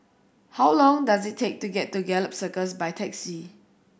how long does it take to get to Gallop Circus by taxi